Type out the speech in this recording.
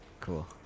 Cool